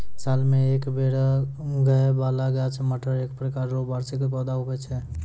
साल मे एक बेर उगै बाला गाछ मटर एक प्रकार रो वार्षिक पौधा हुवै छै